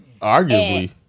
Arguably